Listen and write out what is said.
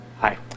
Hi